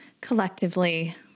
collectively